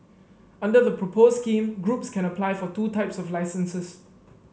under the proposed scheme groups can apply for two types of licences